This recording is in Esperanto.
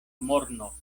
morno